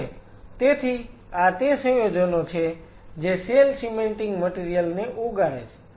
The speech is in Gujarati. અને તેથી આ તે સંયોજનો છે જે સેલ સીમેન્ટિંગ મટીરીયલ ને ઓગાળે છે